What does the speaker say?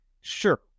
Sure